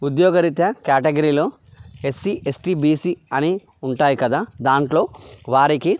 ఉద్యోగరీత్యా కేటగిరీలో SC ST BC అని ఉంటాయి కదా దానిలో వారికి